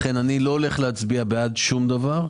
לכן אני לא הולך להצביע בעד שום דבר.